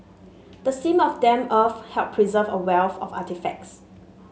the seam of damp earth helped preserve a wealth of artefacts